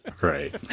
Right